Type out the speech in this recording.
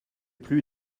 plus